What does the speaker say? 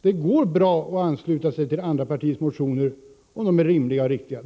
Det går bra att ansluta sig till andra partiers motioner om de är rimliga och riktiga.